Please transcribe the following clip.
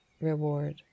reward